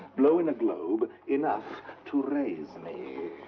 blow in a globe enough to raise me.